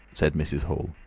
said mrs. hall.